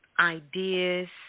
ideas